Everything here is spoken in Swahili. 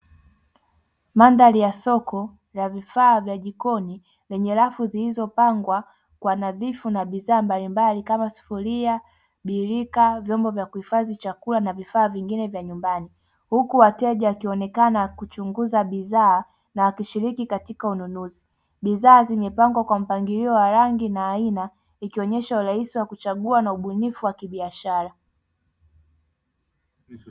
Mandhari ya soko la vifaa vya jikoni lenye rafu zilizopangwa kwa nadhifu na bidhaa mbalimbali kama sufuria, birika, vyombo vya kuhifadhia chakula na vifaa vingine vya nyumbani huku wateja wakionekana kuchunguza bidhaa na wakishiriki katika ununuzi. Bidhaa zimepangwa kwa mpangilio wa rangi na aina ikionyesha urahisi wa kuchagua na ubunifu wa kibiashara.